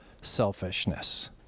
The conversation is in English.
selfishness